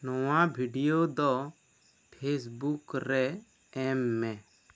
ᱱᱚᱣᱟ ᱵᱷᱤᱰᱤᱭᱳ ᱫᱚ ᱯᱷᱮᱥᱵᱩᱠ ᱨᱮ ᱮᱢ ᱢᱮ